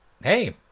hey